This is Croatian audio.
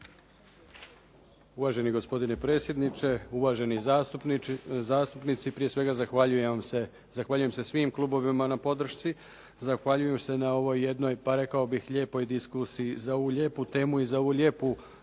Uvaženi gospodine predsjedniče, uvaženi zastupnici. Prije svega, zahvaljujem se svim klubovima na podršci. Zahvaljujem se na ovoj jednoj pa rekao bih lijepoj diskusiji za ovu lijepu temu i za ovu lijepu